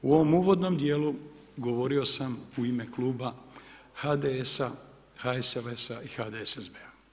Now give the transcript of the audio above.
U ovom uvodnom djelu govorio sam u ime Kluba HDS-a, HSLS-a i HDSSB-a.